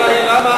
השאלה היא למה